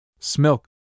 Smilk